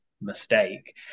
mistake